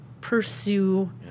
pursue